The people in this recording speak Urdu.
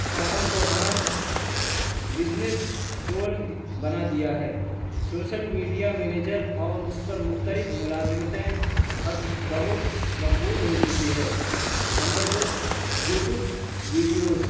فارم کو اہم بزنس ٹول بنا دیا ہے سوشل میڈیا منیجر اور اس پر مختلف ملازمتیں اب بہت مقبول ہو چکی ہے نمبر دو یوٹیوب ویڈیوز